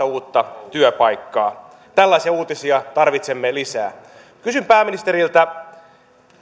uutta työpaikkaa tällaisia uutisia tarvitsemme lisää kysyn pääministeriltä